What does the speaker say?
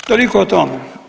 Toliko o tome.